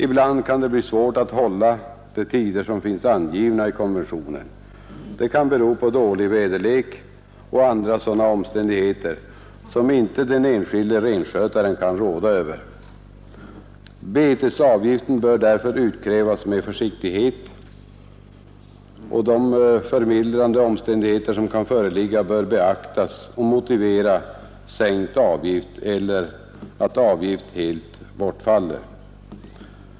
Ibland kan det bli svårt att hålla de tider som finns angivna i konventionen. Det kan bero på dålig väderlek och andra sådana omständigheter som den enskilde renskötaren inte kan råda över. Betesavgiften bör därför utkrävas med försiktighet, och de förmildrande omständigheter som kan föreligga bör beaktas och motivera sänkt avgift eller att avgift helt bortfaller.